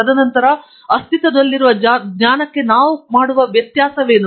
ತದನಂತರ ನಾವು ಅಸ್ತಿತ್ವದಲ್ಲಿರುವ ಜ್ಞಾನಕ್ಕೆ ಮಾಡುತ್ತಿರುವ ವ್ಯತ್ಯಾಸವೇನು